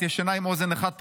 את ישנה עם אוזן אחת פקוחה.